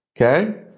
okay